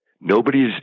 Nobody's